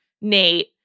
Nate